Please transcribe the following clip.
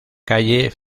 calle